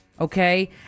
Okay